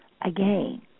again